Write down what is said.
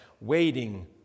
waiting